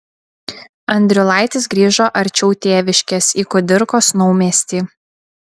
andriulaitis grįžo arčiau tėviškės į kudirkos naumiestį